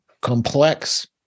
complex